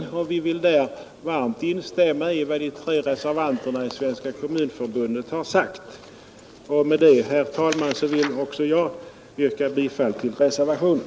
Vi vill på denna punkt varmt instämma i vad de tre reservanterna i Svenska kommunförbundet har sagt. Med detta, herr talman, vill också jag yrka bifall till reservationen.